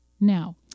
Now